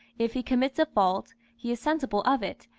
if he commits a fault, he is sensible of it,